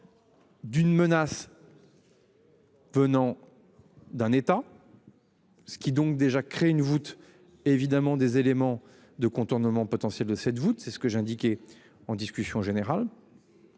D'une menace. Venant. D'un État. Ce qui donc déjà crée une voûte évidemment des éléments de contournement potentiel de cette voûte c'est ce que j'indiquais. En discussion générale.